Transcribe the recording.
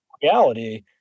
Reality